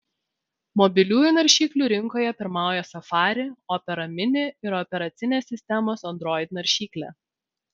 mobiliųjų naršyklių rinkoje pirmauja safari opera mini ir operacinės sistemos android naršyklė